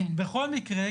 בכל מקרה,